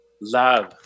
love